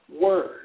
word